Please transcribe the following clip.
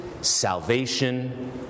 salvation